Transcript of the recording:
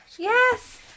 Yes